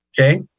okay